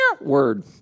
word